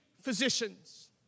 physicians